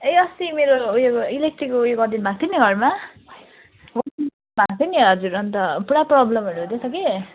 ए अस्ति मेरो उयो इलेक्ट्रिकको उयो गरदिनु भएको थियो नि घरमा भएको थियो हजुर अन्त पुरा प्रब्लमहरू हुँदैछ कि